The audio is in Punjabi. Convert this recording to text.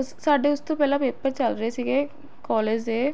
ਅਸ ਸਾਡੇ ਉਸ ਤੋਂ ਪਹਿਲਾਂ ਪੇਪਰ ਚੱਲ ਰਹੇ ਸੀਗੇ ਕੋਲੇਜ ਦੇ